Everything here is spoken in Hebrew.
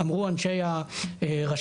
אמרו ראשי הרשות,